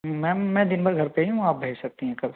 ma'am मैं दिन भर घर पर ही हूँ आप भेज सकती हैं कल